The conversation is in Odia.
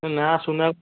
ନା ସୁନା